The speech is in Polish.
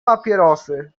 papierosy